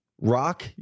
Rock